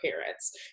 parents